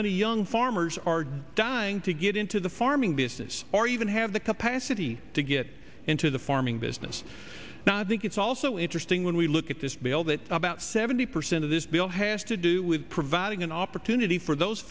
many young farmers are dying to get into the farming business or even have the capacity to get into the farming business now i think it's also interesting when we look at this bill that about seventy percent of this bill has to do with providing an opportunity for those